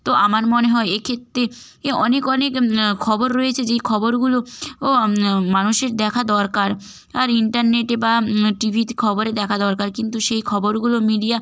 তো আমার মনে হয় এক্ষেত্রে এ অনেক অনেক খবর রয়েছে যেই খবরগুলো ও মানুষের দেখা দরকার আর ইন্টারনেটে বা টি ভিতে খবরে দেখা দরকার কিন্তু সেই খবরগুলো মিডিয়া